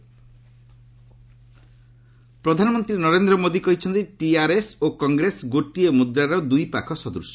PM ପ୍ରଧାନମନ୍ତ୍ରୀ ନରେନ୍ଦ୍ର ମୋଦି କହିଛନ୍ତି ଟିଆର୍ଏସ୍ ଓ କଂଗ୍ରେସ ଗୋଟିଏ ମୁଦ୍ରାର ଦୂଇ ପାଖ ସଦୂଶ